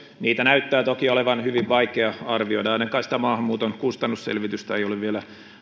niitä näyttää toki olevan hyvin vaikea arvioida ainakaan sitä maahanmuuton kustannusselvitystä ei ole vielä